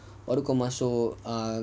baru kau masuk err